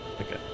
okay